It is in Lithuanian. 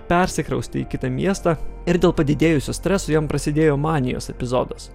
persikraustė į kitą miestą ir dėl padidėjusio streso jam prasidėjo manijos epizodas